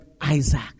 Isaac